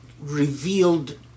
revealed